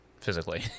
Physically